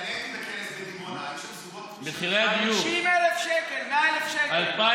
חבר הכנסת אבי ניסנקורן, בבקשה,